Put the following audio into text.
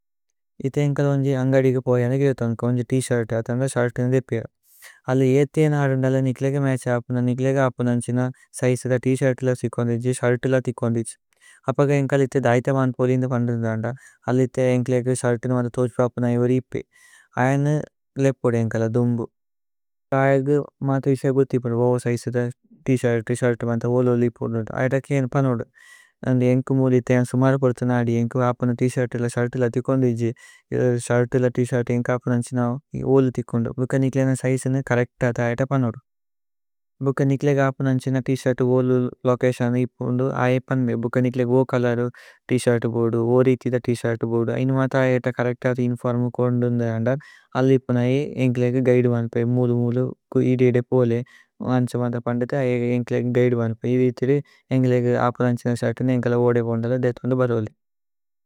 ഇഥേ ഏന്കല ഉന്ജി അന്ഗദിഗ പോഇ അനേഗിരഥു അനുക। ഉന്ജി ത് ശിര്ത് അഥ അന്ത ശല്തിനു ദിപിഅ അല്ലി ഏഥേ। നാദു ന്ദല നികുലേഗ മത്ഛ ആപുന നികുലേഗ। ആപുന നന്ഛിന സൈസിത ത് ശിര്ത്ല സികോന്ധിജു। ശല്തില തികോന്ധിജു അപക ഏന്കല ഇഥേ ദൈഥ। മാന് പോലി ന്ദ പന്ദു ന്ദന്ദ അല്ലി ഇഥേ ഏന്കല ഏക്കു। ശല്തിനു മന്ദ തോജ്പാപുന ഇവരിപേ അയനു ലേപ്പുദു। ഏന്കല ദുമ്ബു അയക്കു മാഥു ഇസ ഗുഥിപുന്ദു ഓവോ। സൈസിത ത് ശിര്ത്ല ശല്തി മന്ദ ഓലോ। ലിപ്പുന്ദു ഐത കേന പനോദു ഏന്ക്കു മൂലി ഇഥേ സുമര। പോദുഥു നാദു ഏന്ക്കു ആപുന ത് ശിര്ത്ല ശല്തില। തികോന്ധിജു ശല്തില ത് ശിര്ത്ല ഏന്ക ആപുന നന്ഛിന। ലോ തികോന്ദു ഭുക്ക നികുലേഗ സൈസിന കരക്ത അഥ। ഐത പനോദു ഭുക്ക നികുലേഗ ആപുന നന്ഛിന ത്ശിര്ത്ല। ഓലോ ലോചതിഓന ഇപ്പുന്ദു അയ പന്മേ ഭുക്ക നികുലേഗ। കലരു ത് ശിര്ത്ല ബോദു രേഇഥിത ത് ശിര്ത്ല ബോദു। ഐന മാഥു ആയത കരക്ത അഥ ഇന്ഫോര്മു കോന്ദു। ന്ദന്ദ അല്ലി ഇപ്പുന അയ ഏന്കല ഏക്കു ഗൈദു മാന്പേ। മൂല് മൂലു ഇദേദേ പോലേ അന്ഛ മന്ദ പന്ദുതേ അയ। ഏന്കല ഏക്കു ഗൈദു മാന്പേ ഇരേഇഥിദേ ഏന്കേലേഗ ആപുന। നന്ഛിന ശല്തില ഏന്കല ഓദഏ ദേഇഥുന്ദു ബരോലി।